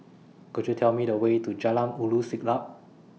Could YOU Tell Me The Way to Jalan Ulu Siglap